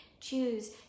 choose